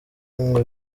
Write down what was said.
ngo